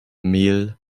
mel